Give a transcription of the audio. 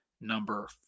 number